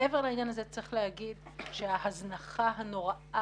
מעבר לעניין הזה צריך לומר שההזנחה הנוראה